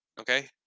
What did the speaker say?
okay